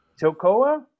chocoa